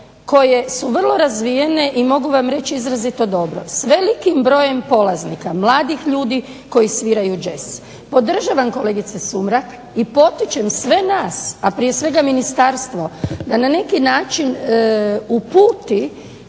koje su vrlo razvijene i mogu vam reći izrazito dobro s velikim brojem polaznika, mladih ljudi koji sviraju jazz. Podržavam kolegice Sumrak i potičem sve nas, a prije svega ministarstvo da na neki način uputi